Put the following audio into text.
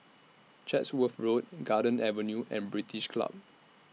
Chatsworth Road Garden Avenue and British Club